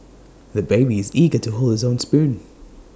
the baby is eager to hold his own spoon